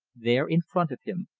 there in front of him,